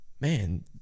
man